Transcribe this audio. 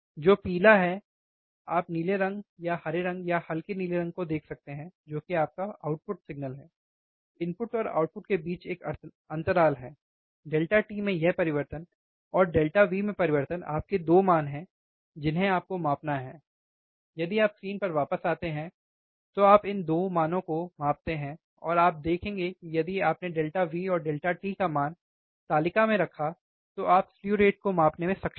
जो पीला है आप नीले रंग या हरे रंग या हल्के नीले रंग को देख सकते हैं जो कि आपका आउटपुट सिग्नल है इनपुट और आउटपुट के बीच एक अंतराल है t में यह परिवर्तन और V में परिवर्तन आपके 2 मान हैं जिन्हें आपको मापना है यदि आप स्क्रीन पर वापस आते हैं तो आप इन 2 मानों को मापते हैं और आप देखेंगे कि यदि आपने V और t का मान तालिका में रखते है तो आप स्लु रेट को मापने में सक्षम हैं